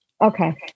Okay